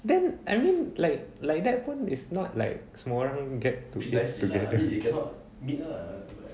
then I mean like like that one is not like small get together lah